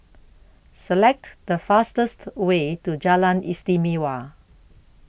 Select The fastest Way to Jalan Istimewa